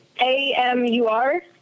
A-M-U-R